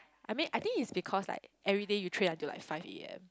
I mean I think it's because like everyday you train until like five P_M